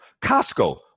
Costco